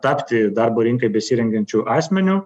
tapti darbo rinkai besirengiančiu asmeniu